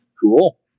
Cool